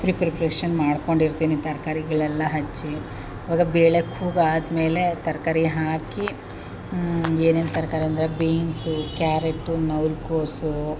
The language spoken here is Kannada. ಪ್ರೀ ಪ್ರಿಪ್ರೇಷನ್ ಮಾಡ್ಕೊಂಡಿರ್ತೀನಿ ತರಕಾರಿಗಳೆಲ್ಲ ಹಚ್ಚಿ ಇವಾಗ ಬೇಳೆ ಕೂಗಾದ್ಮೇಲೆ ತರಕಾರಿ ಹಾಕಿ ಏನೇನು ತರಕಾರಿ ಅಂದರೆ ಬೀನ್ಸು ಕ್ಯಾರೇಟು ನವಿಲು ಕೋಸು